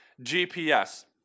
GPS